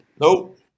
Nope